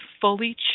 fully